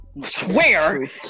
swear